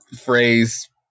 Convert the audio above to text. phrase